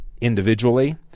individually